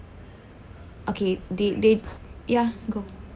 okay they they ya go